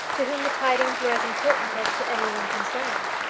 to whom the tidings were as important as to any one concerned.